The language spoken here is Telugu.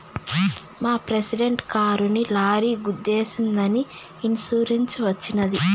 మా ప్రెసిడెంట్ కారుని లారీ గుద్దేశినాదని ఇన్సూరెన్స్ వచ్చినది